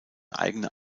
eigene